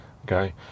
Okay